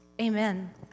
Amen